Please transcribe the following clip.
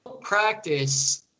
practice